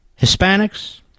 Hispanics